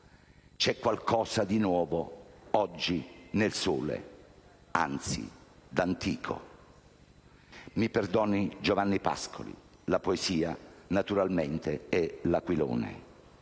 «C'è qualcosa di nuovo oggi nel sole, anzi d'antico». Mi perdoni Giovanni Pascoli. La poesia è «L'aquilone».